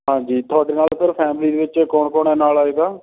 ਹਾਂਜੀ ਤੁਹਾਡੇ ਨਾਲ਼ ਸਰ ਫੈਮਿਲੀ ਦੇ ਵਿੱਚ ਕੌਣ ਕੌਣ ਹੈ ਨਾਲ਼ ਆਏਗਾ